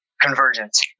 Convergence